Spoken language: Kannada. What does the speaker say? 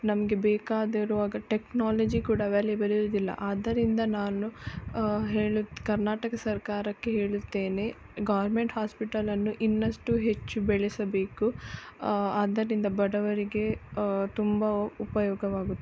ನಮಗೆ ಬೇಕಾಗಿರುವಾಗ ಟೆಕ್ನಾಲಜಿ ಕೂಡ ಅವೈಲೇಬಲ್ ಇರೋದಿಲ್ಲ ಆದ್ದರಿಂದ ನಾನು ಹೇಳೋದ್ ಕರ್ನಾಟಕ ಸರ್ಕಾರಕ್ಕೆ ಹೇಳುತ್ತೇನೆ ಗೌರ್ಮೆಂಟ್ ಹಾಸ್ಪಿಟಲನ್ನು ಇನ್ನಷ್ಟು ಹೆಚ್ಚು ಬೆಳೆಸಬೇಕು ಆದ್ದರಿಂದ ಬಡವರಿಗೆ ತುಂಬ ಉಪಯೋಗವಾಗು